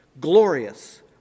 glorious